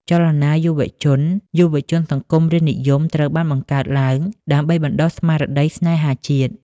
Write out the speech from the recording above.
ចលនាយុវជន "យុវជនសង្គមរាស្រ្តនិយម" ត្រូវបានបង្កើតឡើងដើម្បីបណ្តុះស្មារតីស្នេហាជាតិ។